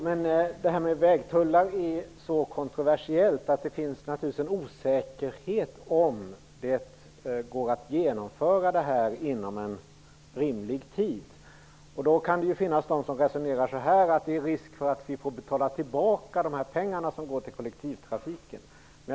Herr talman! Detta med vägtullar är så kontroversiellt att det finns en osäkerhet om det går att genomföra det här inom rimlig tid. Därför kan det finnas de som resonerar så, att det är risk för att vi får betala tillbaka de pengar som går till kollektivtrafiken.